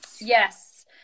Yes